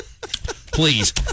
Please